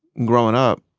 growing up,